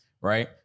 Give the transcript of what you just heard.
right